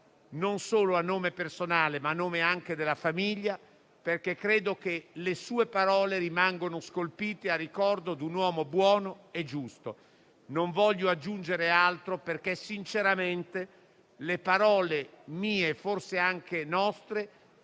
non solo personale, ma anche della famiglia, perché credo che rimangano scolpite a ricordo di un uomo buono e giusto. Non intendo aggiungere altro perché sinceramente le parole mie e forse anche degli